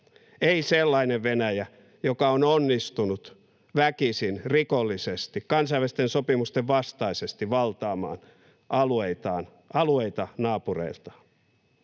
Ei sellainen Venäjä, joka on onnistunut väkisin, rikollisesti ja kansainvälisten sopimusten vastaisesti valtaamaan alueita naapureiltaan.